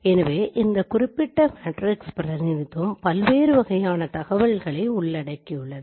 எனவே இந்த குறிப்பிட்ட மேட்ரிக்ஸ் பிரதிநிதித்துவத்துவம் பல்வேறு வகையான தகவல்களை உள்ளடக்கியுள்ளது